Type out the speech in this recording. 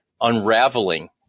unraveling